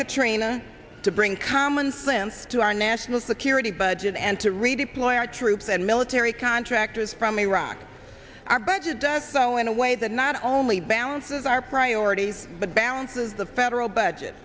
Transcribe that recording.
katrina to bring common slim to our national security budget and to redeploy our troops and military contractors from iraq our budget does so in a way that not only balances our priorities but balances the federal budget